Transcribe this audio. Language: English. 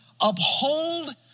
uphold